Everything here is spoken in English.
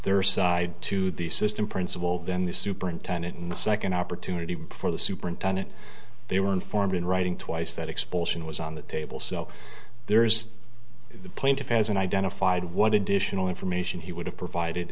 their side to the system principal then the superintendent and the second opportunity before the superintendent they were informed in writing twice that expulsion was on the table so there is the plaintiff has been identified what additional information he would have provided